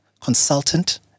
consultant